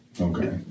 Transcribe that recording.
Okay